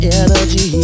energy